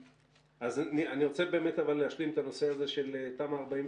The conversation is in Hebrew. אז אני רוצה באמת להשלים את הנושא הזה של תמ"א/42.